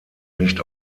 nicht